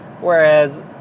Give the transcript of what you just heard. Whereas